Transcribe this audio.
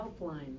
helpline